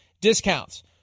discounts